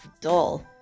dull